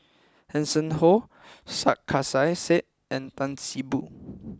Hanson Ho Sarkasi Said and Tan See Boo